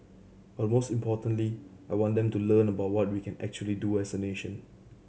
but most importantly I want them to learn about what we can actually do as a nation